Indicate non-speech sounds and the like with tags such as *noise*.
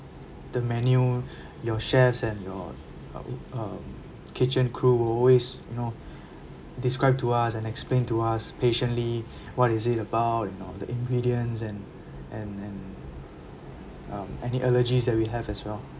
the menu *breath* your chefs and your uh um kitchen crew will always you know describe to us and explain to us patiently what is it about and all the ingredients and and and um any allergies that we have as well